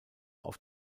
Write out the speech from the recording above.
auf